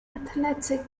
athletic